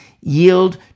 yield